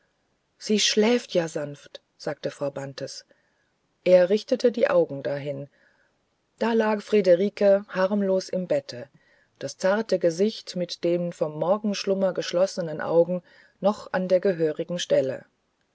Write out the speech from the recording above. sie schläft ja sanft sagte frau bantes er richtete die augen dahin da lag friederike harmlos im bette das zarte gesicht mit den vom morgenschlummer geschlossenen augen noch an der gehörigen stelle